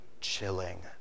chilling